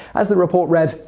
as the report read,